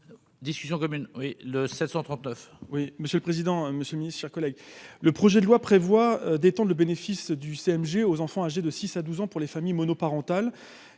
discussion commune oui le 739. Oui, monsieur le président, Monsieur le Ministre, chers collègues, le projet de loi prévoit des le bénéfice du CMG aux enfants âgés de 6 à 12 ans pour les familles monoparentales,